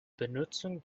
benutzung